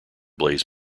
blaze